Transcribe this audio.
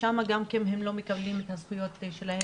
שם גם כן הם לא מקבלים את הזכויות שלהם.